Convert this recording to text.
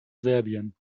serbien